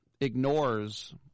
ignores